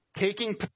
taking